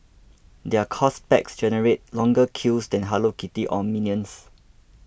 their course packs generate longer queues than Hello Kitty or Minions